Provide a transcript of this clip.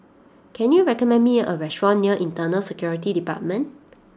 can you recommend me a restaurant near Internal Security Department